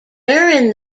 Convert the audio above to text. during